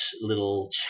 little